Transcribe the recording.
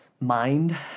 mind